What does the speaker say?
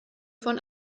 von